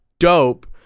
dope